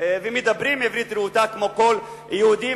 ומדברים עברית רהוטה כמו כל היהודים,